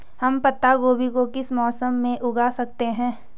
हम पत्ता गोभी को किस मौसम में उगा सकते हैं?